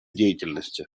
деятельности